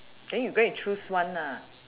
then you go and choose one nah